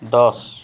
দছ